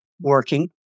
working